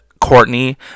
Courtney